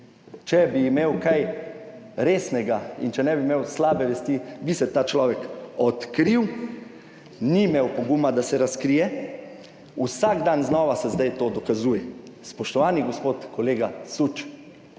Če bi imel kaj resnega in če ne bi imel slabe vesti, bi se ta človek odkril. Ni imel poguma, da se razkrije. Vsak dan znova se zdaj to dokazuje. Spoštovani gospod kolega Süč,